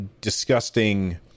disgusting